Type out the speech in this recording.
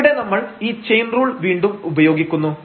ഇവിടെ നമ്മൾ ഈ ചെയിൻ റൂൾ വീണ്ടും ഉപയോഗിക്കുന്നു